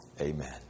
Amen